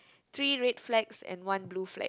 three red flags and one blue flag